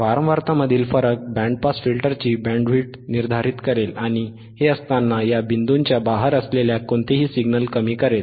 वारंवारता मधील फरक बँड पास फिल्टरची बँडविड्थ निर्धारित करेल आणि हे असताना या बिंदूंच्या बाहेर असलेल्या कोणतेही सिग्नल कमी करेल